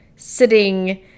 sitting